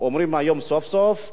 אומרים היום סוף-סוף: